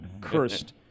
cursed